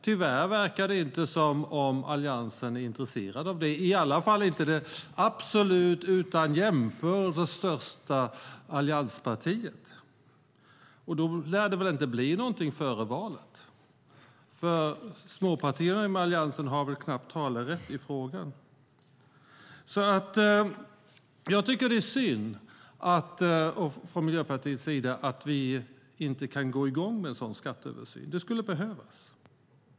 Tyvärr verkar det dock inte som att Alliansen är intresserade av detta - i alla fall inte det absolut, utan jämförelse, största allianspartiet. Då lär det inte bli någonting före valet, för småpartierna inom Alliansen har väl knappt talerätt i frågan. Vi tycker från Miljöpartiets sida alltså att det är synd att vi inte kan gå i gång med en sådan skatteöversyn. Det skulle behövas.